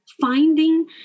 Finding